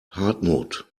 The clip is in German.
hartmut